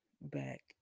back